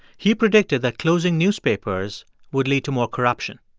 he predicted that closing newspapers would lead to more corruption.